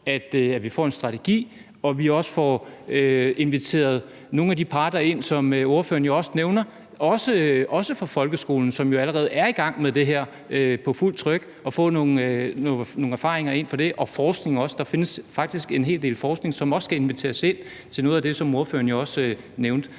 at vi får en strategi, og at vi også får inviteret nogle af de parter ind, som ordføreren jo også nævner, også i forhold til folkeskolen, som jo allerede er i gang med det her for fuldt tryk, og at får nogle erfaringer ind om det, og også forskning. Der findes faktisk en hel del forskning, som også skal inviteres ind, og det var noget af det, som ordføreren